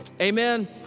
Amen